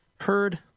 heard